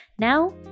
Now